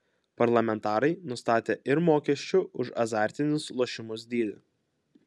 parlamentarai nustatė ir mokesčių už azartinius lošimus dydį